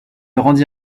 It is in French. rendit